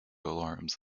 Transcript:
alarms